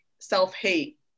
self-hate